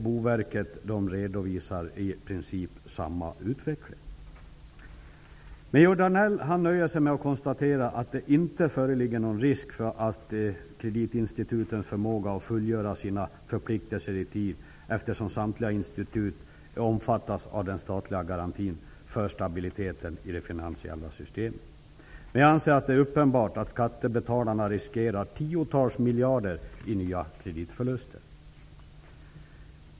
Boverket redovisar i princip samma utveckling. Georg Danell nöjer sig med att konstatera att det inte föreligger någon risk för kreditinstitutens förmåga att fullgöra sina förpliktelser i tid, eftersom samtliga institut omfattas av den statliga garantin för stabiliteten i de finansiella systemen. Men jag anser att det är uppenbart att skattebetalarna riskera att göra nya kreditförluster på tiotals miljarder.